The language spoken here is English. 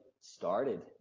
started